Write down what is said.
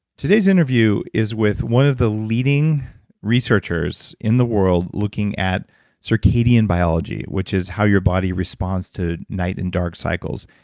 today's interview is with one of the leading researchers in the world looking at circadian biology, which is how your body responds to night and dark cycles.